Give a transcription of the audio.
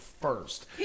first